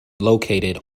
located